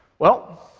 well,